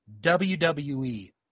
WWE